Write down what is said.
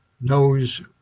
knows